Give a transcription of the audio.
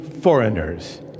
foreigners